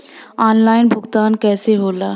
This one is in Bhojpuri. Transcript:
ऑनलाइन भुगतान कईसे होला?